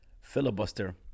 filibuster